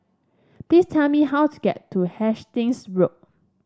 please tell me how to get to Hastings Road